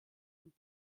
und